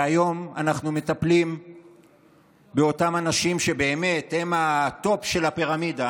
והיום אנחנו מטפלים באותם אנשים שבאמת הם הטופ של הפירמידה,